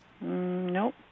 Nope